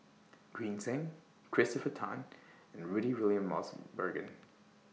Green Zeng Christopher Tan and Rudy William Mosbergen